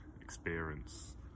experience